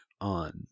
on